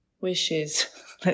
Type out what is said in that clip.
wishes